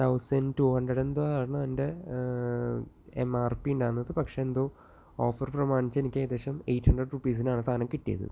thousand two hundred എന്തോ ആണ് അതിൻ്റെ എം ആർ പി ഉണ്ടായിരുന്നത് പക്ഷെ എന്തോ ഓഫർ പ്രമാണിച്ച് എനിക്ക് ഏകദേശം എയിറ്റ് ഹൺഡ്രഡ് റുപ്പീസിനാണ് സാധനം കിട്ടിയത്